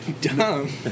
Dumb